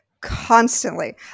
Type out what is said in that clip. constantly